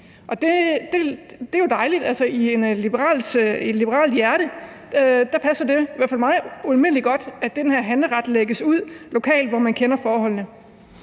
det er jo dejligt. I et liberalt hjerte – i hvert fald i mit – passer det ualmindelig godt, at den her handleret lægges ud lokalt, hvor man kender forholdene,